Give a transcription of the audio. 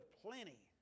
plenty